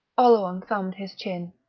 oleron thumbed his chin.